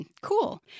cool